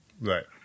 Right